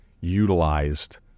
utilized